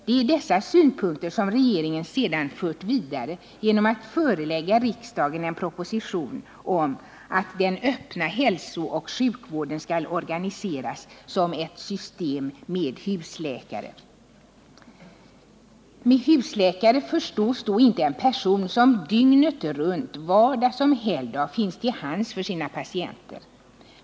Det är dessa synpunkter som regeringen sedan fört vidare genom att förelägga riksdagen en proposition om att den öppna hälsooch sjukvården skall organiseras som ett system med husläkare. Med husläkare förstås då inte en person som dygnet runt, vardag som helgdag, finns till hands för sina patienter.